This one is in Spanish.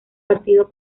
partido